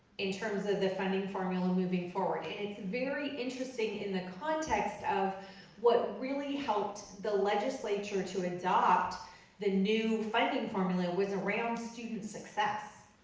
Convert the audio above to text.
in terms of the funding formula moving forward. and it's very interesting in the context of what really helped the legislature to adopt the new funding formula, was around student success.